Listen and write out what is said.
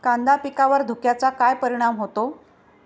कांदा पिकावर धुक्याचा काय परिणाम होतो?